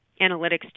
analytics